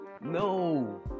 No